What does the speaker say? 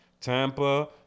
Tampa